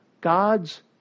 God's